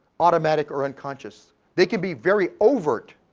automatic or unconscious, they could be very overt,